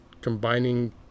combining